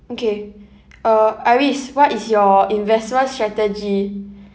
okay uh iris what is your investment strategy